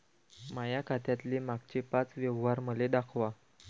माया खात्यातले मागचे पाच व्यवहार मले दाखवा